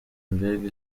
mbega